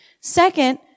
Second